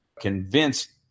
convinced